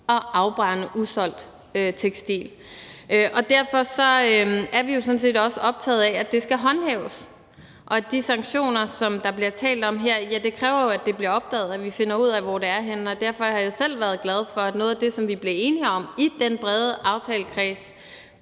at afbrænde usolgt tekstil, og derfor er vi jo sådan set også optaget af, at det skal håndhæves. I forhold til de sanktioner, som der bliver talt om her, kræver det jo, at det bliver opdaget, og at vi finder ud af, hvor det er henne. Derfor har jeg selv været glad for, at noget af det, som vi blev enige om i den brede aftalekreds